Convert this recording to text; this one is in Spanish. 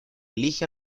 elige